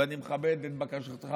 ואני מכבד את בקשתך,